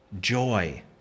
joy